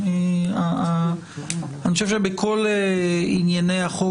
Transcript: אני חושב שבכל ענייני החוק,